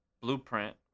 blueprint